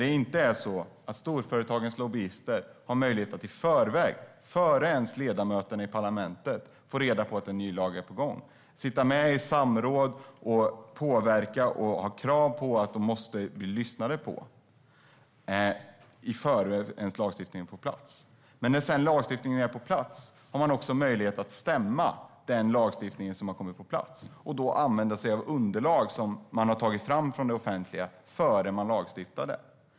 Det är inte när storföretagens lobbyister har möjlighet att i förväg, till och med före ledamöterna i parlamentet, få reda på att en ny lag är på gång, sitta med i samråd, påverka och ha krav på att de måste bli lyssnade på innan lagstiftningen ens är på plats. När lagstiftningen sedan är på plats har de möjlighet att stämma denna och då använda sig av underlag som har tagits fram från det offentliga innan man lagstiftade.